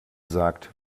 sagt